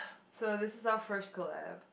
so this is our first collab